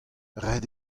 ret